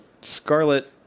scarlet